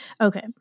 Okay